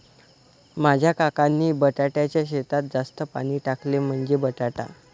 माझ्या काकांनी बटाट्याच्या शेतात जास्त पाणी टाकले, म्हणजे बटाटा